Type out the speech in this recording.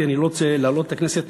אני לא רוצה להלאות את הכנסת,